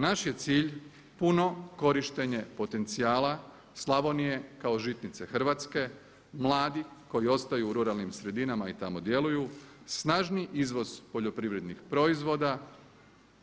Naš je cilj puno korištenje potencijala Slavonije kao žitnice Hrvatske, mladih koji ostaju u ruralnim sredinama i tamo djeluju, snažniji izvoz poljoprivrednih proizvoda